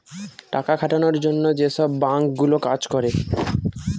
টাকা খাটানোর জন্য যেসব বাঙ্ক গুলো কাজ করে